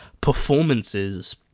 performances